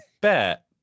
bet